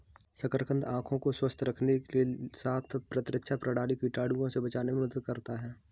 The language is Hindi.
शकरकंद आंखों को स्वस्थ रखने के साथ प्रतिरक्षा प्रणाली, कीटाणुओं से बचाने में मदद करता है